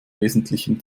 wesentlichen